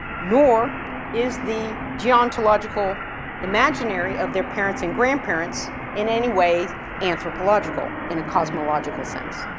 nor is the geontological imaginary of their parents and grandparents in any way anthropological, in a cosmological sense.